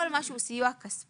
כל מה שהוא סיוע כספי